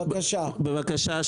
מיכאל, די.